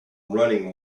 running